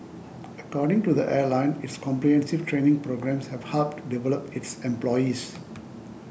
according to the airline its comprehensive training programmes have helped develop its employees